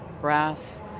brass